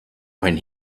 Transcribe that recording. when